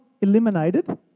eliminated